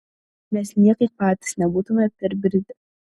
mes niekaip patys nebūtume perbridę